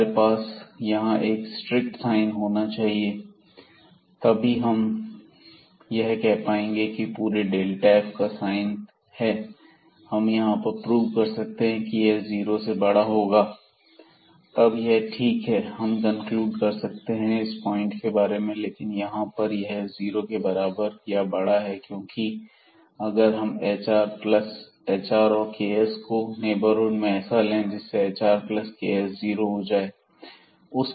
हमारे पास यहां एक स्ट्रिक्ट साइन होना चाहिए तभी हम कह पाएंगे कि यह पूरे f का साइन है हम यहां पर प्रूव कर सकते हैं कि यह जीरो से बड़ा होगा तब यह ठीक है हम कनक्लूड कर सकते हैं इस पॉइंट के बारे में लेकिन यहां पर यह जीरो के बराबर या बड़ा है क्योंकि अगर हम hr और ks को नेबरहुड में ऐसा लें जिससे hrks जीरो हो जाए